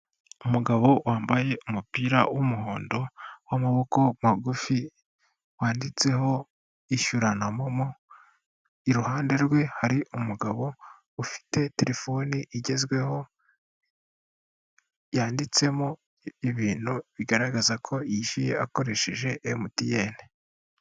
Umugabo wambaye umupira w'umuhondo, w'amaboko magufi wanditseho ishyura na momo, iruhande rwe hari umugabo ufite telefone igezweho, yanditsemo ibintu bigaragaza ko yishyuye akoresheje emutiyeni.